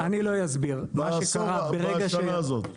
מה קרה בשנה הזאת?